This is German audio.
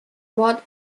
wort